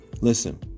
listen